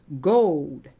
gold